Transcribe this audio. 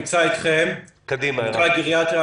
העמותה לגריאטריה